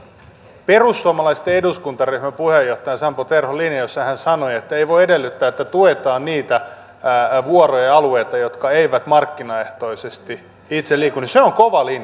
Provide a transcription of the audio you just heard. tämä perussuomalaisten eduskuntaryhmän puheenjohtaja sampo terhon linja jossa hän sanoi että ei voi edellyttää että tuetaan niitä vuoroja ja alueita jotka eivät markkinaehtoisesti itse liiku on kova linja